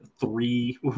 three